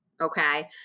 okay